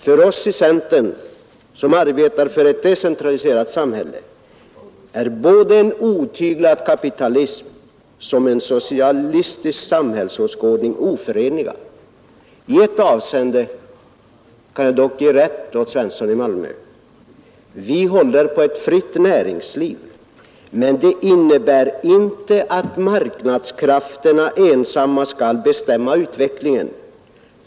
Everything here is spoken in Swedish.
För oss i centern, som arbetar för ett decentraliserat samhälle, är en otyglad kapitalism eller en socialistisk samhällsåskåd ning alltså icke acceptabla. I ett avseende kan jag dock ge rätt åt herr Svensson i Malmö: Vi håller på ett fritt näringsliv, men det innebär inte att marknadskrafterna ensamma skall bestämma utvecklingen.